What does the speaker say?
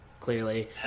clearly